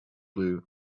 blue